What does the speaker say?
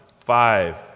Five